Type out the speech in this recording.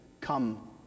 come